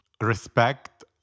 respect